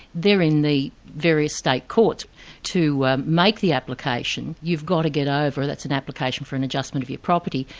they're in the various state courts to make the application, you've got to get over that's an application for an adjustment of your property,